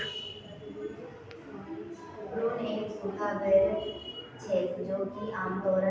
साबूदाना खाद्य पदार्थ छिके जेको साबूदानार जड़क दूध स बनाल जा छेक